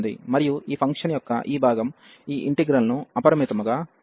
మరియు ఈ ఫంక్షన్ యొక్క ఈ భాగం ఈ ఇంటిగ్రల్ ను అపరిమితముగా చేస్తుంది